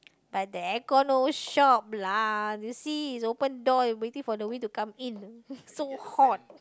like the aircon no shop lah you see it's open door waiting for the wind to come in so hot